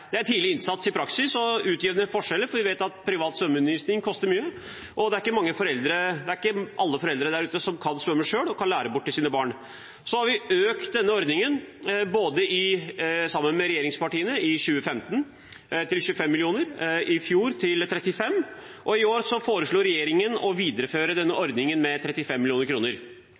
Det er tidlig innsats i praksis og utjevner forskjeller, for vi vet at privat svømmeundervisning koster mye, og det er ikke alle foreldre der ute som kan svømme selv og kan lære bort til sine barn. Vi utvidet denne ordningen sammen med regjeringspartiene til 25 mill. kr i 2015, i fjor til 35 mill. kr. I år foreslår regjeringen å videreføre denne ordningen med 35